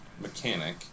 mechanic